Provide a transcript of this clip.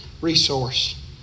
resource